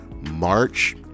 March